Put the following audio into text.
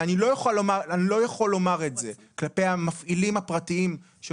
ואני לא יכול לומר את זה כלפי המפעילים הפרטיים של